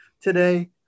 today